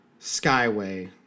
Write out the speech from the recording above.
Skyway